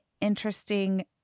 interesting